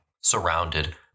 surrounded